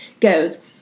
goes